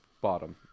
bottom